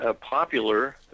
popular